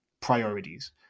priorities